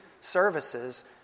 services